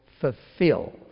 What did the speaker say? fulfill